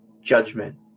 judgment